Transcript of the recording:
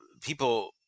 people